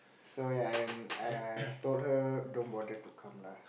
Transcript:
so ya I and I told her don't bother to come lah